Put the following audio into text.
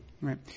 Right